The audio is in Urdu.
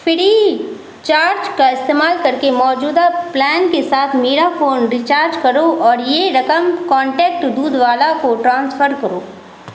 فری چارج کا استعمال کر کے موجودہ پلان کے ساتھ میرا فون ریچارج کرو اور یہ رقم کانٹیکٹ دودھ والا کو ٹرانسفر کرو